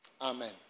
Amen